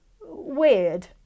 weird